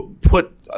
put